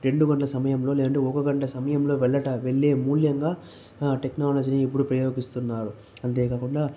రెండు గంటల సమయంలో లేదంటే ఒక గంట సమయంలో వెళ్ళటం వెళ్ళే మూలంగా టెక్నాలజీని ఇప్పుడు ఉపయోగిస్తున్నారు అంతేకాకుండా